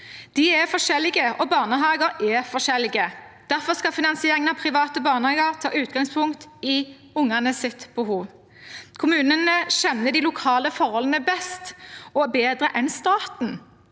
De er forskjellige, og barneha ger er forskjellige. Derfor skal finansieringen av private barnehager ta utgangspunkt i ungenes behov. Kommunene kjenner de lokale forholdene best – og bedre enn staten.